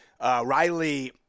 Riley